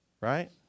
right